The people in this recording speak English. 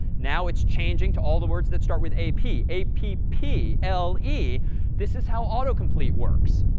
now it's changing to all the words that start with a p. a p p l e this is how autocomplete works.